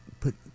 put